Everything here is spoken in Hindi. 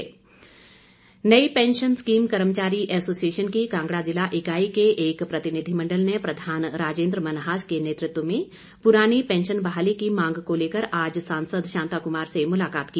शांता कुमार नई पैंशन स्कीम कर्मचारी एसोसिएशन की कांगड़ा जिला इकाई के एक प्रतिनिधिमंडल ने प्रधान राजेन्द्र मन्हास के नेतृत्व में पुरानी पैंशन बहाली की मांग को लेकर आज सांसद शांता कुमार से मुलाकात की